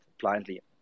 blindly